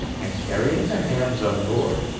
and carrying the hams on board,